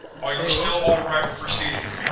are you still alright with proceeding?